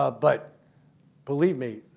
ah but believe me,